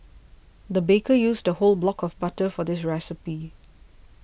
the baker used a whole block of butter for this recipe